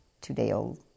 two-day-old